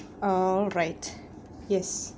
alright yes